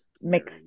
mixed